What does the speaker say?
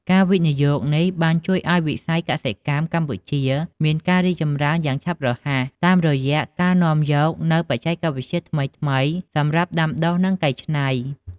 ការវិនិយោគនេះបានជួយឱ្យវិស័យកសិកម្មកម្ពុជាមានការរីកចម្រើនយ៉ាងឆាប់រហ័ស តាមរយៈការនាំយកនូវបច្ចេកវិទ្យាថ្មីៗសម្រាប់ដាំដុះនិងកែច្នៃ។